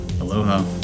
aloha